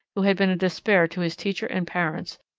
who had been a despair to his teacher and parents,